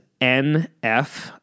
NF